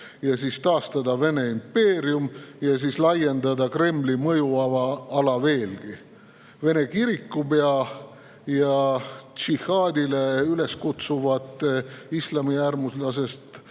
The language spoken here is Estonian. ja siis taastada Vene impeerium ja laiendada Kremli mõjuala veelgi. Vene kirikupea ja džihaadile üles kutsuvate islamiäärmuslastest